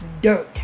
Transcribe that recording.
dirt